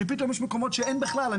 שפתאום יש מקומות שאין בכלל.